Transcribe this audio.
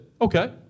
okay